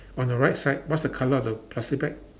on the right side what's the colour of the plastic bag